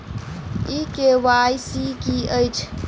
ई KYC की अछि?